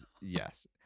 yes